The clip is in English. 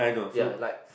ya like